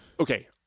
Okay